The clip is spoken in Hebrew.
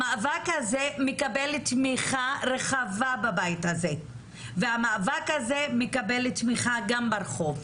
המאבק הזה מקבל תמיכה רחבה בבית הזה והמאבק הזה מקבל תמיכה גם ברחוב.